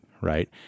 right